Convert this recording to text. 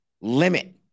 limit